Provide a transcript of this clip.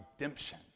redemption